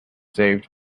saved